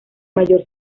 mayor